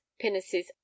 pinnaces